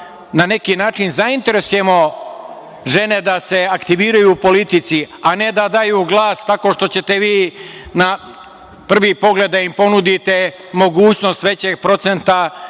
na neki način zainteresujemo žene da se aktiviraju u politici, a ne da daju glas tako što ćete vi na prvi pogled da im ponudite mogućnost većeg procenta